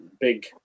big